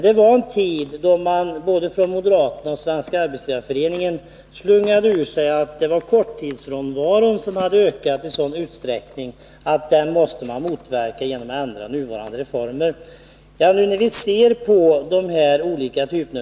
Det fanns en tid då både moderaterna och Svenska arbetsgivareföreningen slungade ur sig att korttidsfrånvaron hade ökat i sådan utsträckning att den måste motverkas genom att man ändrar på nuvarande reformer.